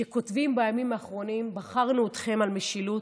שכותבים בימים האחרונים: בחרנו אתכם על משילות,